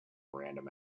random